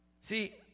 See